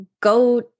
go